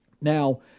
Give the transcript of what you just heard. Now